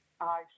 aye